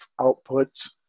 outputs